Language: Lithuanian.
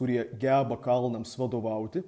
kurie geba kalnams vadovauti